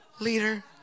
Leader